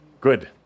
Good